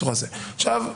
עכשיו,